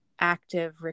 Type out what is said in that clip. active